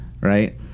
right